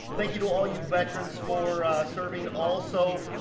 thank you to all you veterans for serving. also,